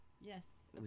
Yes